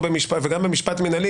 וגם במשפט מנהלי,